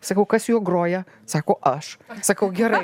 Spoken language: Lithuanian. sakau kas juo groja sako aš sakau gerai